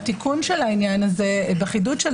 התיקון של זה בעניין- - אם